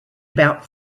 about